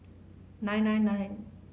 nine nine nine